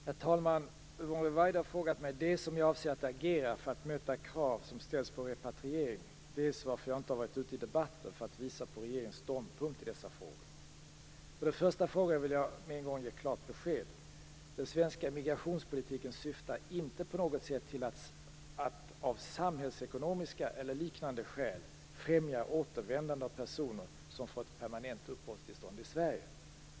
Herr talman! Yvonne Ruwaida har frågat mig dels om jag avser att agera för att möta krav som ställts på repatriering, dels varför jag inte har varit ute i debatten för att visa på regeringens ståndpunkt i dessa frågor. På den första frågan vill jag med en gång ge klart besked: Den svenska migrationspolitiken syftar inte på något sätt till att av samhällsekonomiska eller liknande skäl främja återvändande av personer som fått permanent uppehållstillstånd i Sverige.